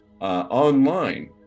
online